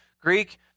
Greek